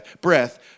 breath